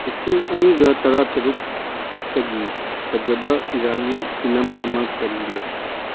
ꯂꯤꯁꯤꯡ ꯑꯅꯤꯒ ꯇꯔꯥ ꯇꯔꯨꯛꯇꯒꯤ ꯐꯖꯕ ꯏꯔꯥꯅꯤꯌꯥꯟ ꯐꯤꯂꯝ ꯑꯃ ꯀꯔꯤ ꯂꯩ